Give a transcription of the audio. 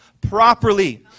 properly